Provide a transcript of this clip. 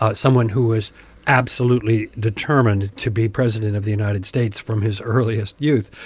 ah someone who was absolutely determined to be president of the united states from his earliest youth.